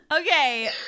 okay